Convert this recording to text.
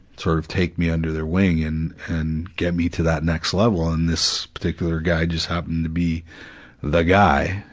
sort of take me under their wing, and, and get me to that next level and this particular guy just happened to be the guy,